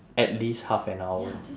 at least half an hour